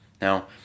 Now